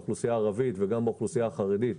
האוכלוסייה הערבית וגם באוכלוסייה החרדית,